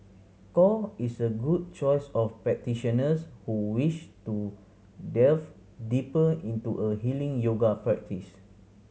core is a good choice of practitioners who wish to delve deeper into a healing yoga practise